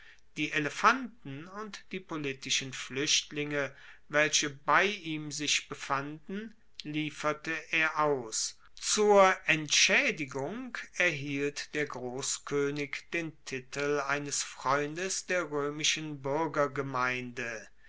die elefanten und die politischen fluechtlinge welche bei ihm sich befanden lieferte er aus zur entschaedigung erhielt der grosskoenig den titel eines freundes der roemischen